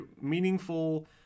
meaningful